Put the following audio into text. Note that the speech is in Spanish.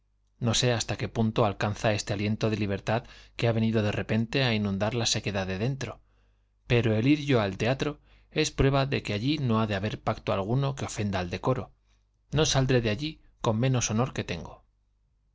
no sé hasta qué punto alcanza este aliento de libertad que ha venido de repente a inundar la sequedad de dentro pero el ir yo al teatro es prueba de que allí no ha de haber pacto alguno que ofenda al decoro no saldré de allí con menos honor que tengo